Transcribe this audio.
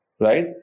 Right